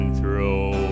throw